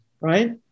Right